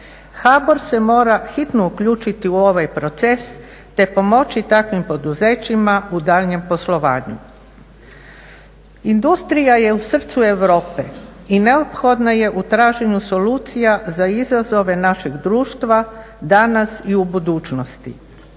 HBOR se mora hitno uključiti u ovaj proces te pomoći takvim poduzećima u daljnjem poslovanju. Industrija je u srcu Europe i neophodna je u traženju solucija za izazove našeg društva danas i u budućnosti.